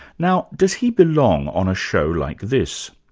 now, does he belong on a show like this?